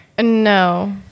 No